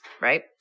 right